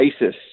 ISIS